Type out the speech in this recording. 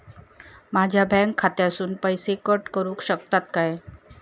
माझ्या बँक खात्यासून पैसे कट करुक शकतात काय?